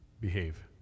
behave